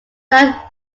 that